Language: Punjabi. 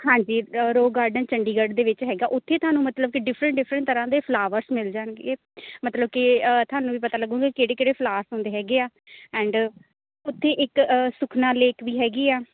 ਹਾਂਜੀ ਰੋਕ ਗਾਰਡਨ ਚੰਡੀਗੜ੍ਹ ਦੇ ਵਿੱਚ ਹੈਗਾ ਉੱਥੇ ਤੁਹਾਨੂੰ ਮਤਲਬ ਕਿ ਡਿਫਰੈਂਟ ਡਿਫਰੈਂਟ ਤਰ੍ਹਾਂ ਦੇ ਫਲਾਵਰਸ ਮਿਲ ਜਾਣਗੇ ਮਤਲਬ ਕਿ ਤੁਹਾਨੂੰ ਵੀ ਪਤਾ ਲੱਗੂਗਾ ਕਿਹੜੇ ਕਿਹੜੇ ਫਲਾਰਸ ਹੁੰਦੇ ਹੈਗੇ ਆ ਐਂਡ ਉੱਥੇ ਇੱਕ ਸੁਖਨਾ ਲੇਕ ਵੀ ਹੈਗੀ ਆ